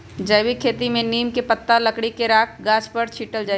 जैविक खेती में नीम के पत्ता, लकड़ी के राख गाछ पर छिट्ल जाइ छै